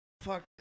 fuck